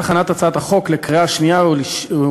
בעת הכנת הצעת החוק לקריאה שנייה ושלישית